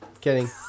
kidding